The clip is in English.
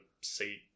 seat